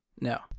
No